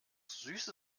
süße